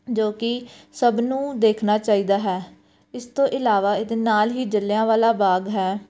ਜੋ ਕਿ ਸਭ ਨੂੰ ਦੇਖਣਾ ਚਾਹੀਦਾ ਹੈ ਇਸ ਤੋਂ ਇਲਾਵਾ ਇਹਦੇ ਨਾਲ ਹੀ ਜਲ੍ਹਿਆਂਵਾਲਾ ਬਾਗ ਹੈ